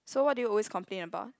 so what do you always complain about